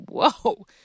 whoa